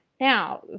Now